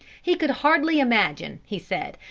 he could hardly imagine, he said,